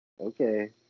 Okay